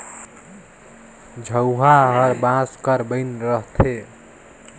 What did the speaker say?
झउहा हर बांस कर बइन रहथे